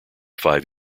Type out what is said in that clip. five